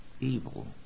evil